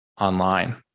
online